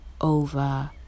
over